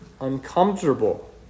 uncomfortable